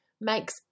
makes